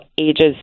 ages